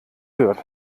wird